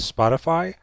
Spotify